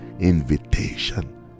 Invitation